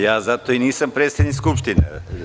Ja zato i nisam predsednik Skupštine.